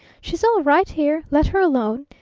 she's all right here. let her alone!